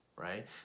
right